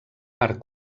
part